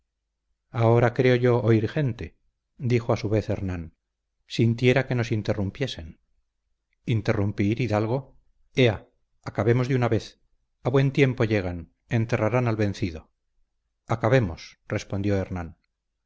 ahora creo yo oír gente dijo a su vez fernán sintiera que nos interrumpiesen interrumpir hidalgo ea acabemos de una vez a buen tiempo llegan enterrarán al vencido acabemos respondió fernán